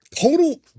total